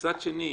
מצד שני,